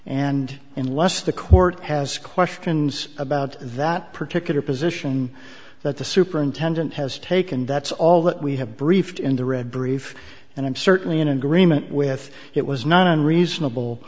and unless the court has questions about that particular position that the superintendent has taken that's all that we have briefed in the red brief and i'm certainly in agreement with it was not unreasonable